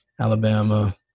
Alabama